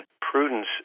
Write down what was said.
prudence